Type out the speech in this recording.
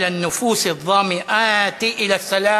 כי הונחו היום על שולחן הכנסת מסקנות